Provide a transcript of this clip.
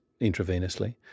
intravenously